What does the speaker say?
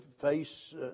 face